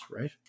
Right